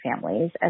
families